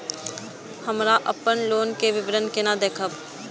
हमरा अपन लोन के विवरण केना देखब?